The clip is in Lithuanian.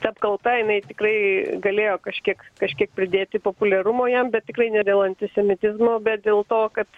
ta apkalta jinai tikrai galėjo kažkiek kažkiek pridėti populiarumo jam bet tikrai ne dėl antisemitizmo bet dėl to kad